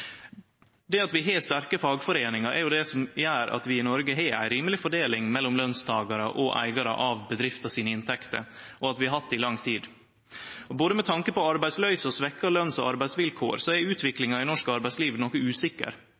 Det at vi har sterke fagforeiningar er jo det som gjer at vi i Noreg har ei rimeleg fordeling mellom lønstakarar og inntektene til eigarar av bedrifta, og at vi har hatt det i lang tid. Både med tanke på arbeidsløyse og svekte løns- og arbeidsvilkår er utviklinga i norsk arbeidsliv noko usikker.